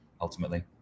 ultimately